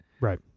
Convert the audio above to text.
Right